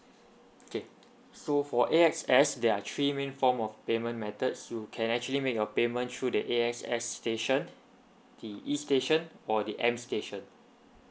okay so for A_X_S there are three main form of payment methods who can actually make a payment through the A_X_S station the e station or the m station